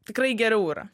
tikrai geriau yra